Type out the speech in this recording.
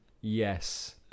Yes